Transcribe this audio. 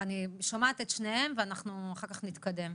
אני שומעת את שניהם ואחר כך אנחנו נתקדם.